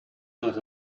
not